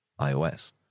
iOS